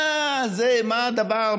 מה הדבר,